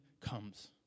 comes